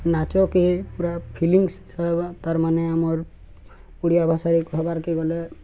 ନାଚକେ ପୁରା ଫିଲିଙ୍ଗସ୍ ଆଇବା ତାର୍ ମାନେ ଆମର୍ ଓଡ଼ିଆ ଭାଷାରେ କହିବାର୍କେ ଗଲେ